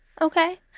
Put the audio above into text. Okay